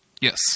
yes